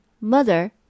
Mother